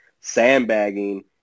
sandbagging